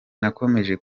nakomeje